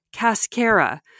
cascara